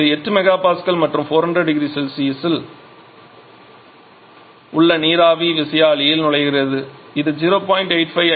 இப்போது 8 MPa மற்றும் 400 0C இல் உள்ள நீராவி விசையாழியில் நுழைகிறது இது 0